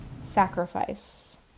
sacrifice